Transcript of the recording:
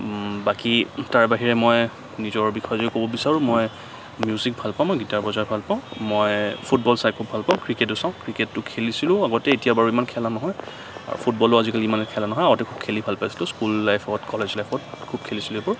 বাকী তাৰ বাহিৰে মই নিজৰ বিষয়ে যদি ক'ব বিচাৰো মই মিউজিক ভাল পাওঁ মই গীটাৰ বজাই ভাল পাওঁ মই ফুটবল চাই খুব ভাল পাওঁ ক্ৰিকেটো চাওঁ ক্ৰিকেট খেলিছিলো আগতে এতিয়া বাৰু ইমান খেলা নহয় ফুটবলো আজিকালি ইমান খেলা নহয় আগতে খেলি ভাল পাইছিলো স্কুল লাইফত কলেজ লাইফত খুব খেলিছিলো এইবোৰ